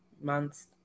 months